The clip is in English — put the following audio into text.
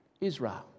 Israel